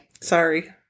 Sorry